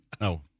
No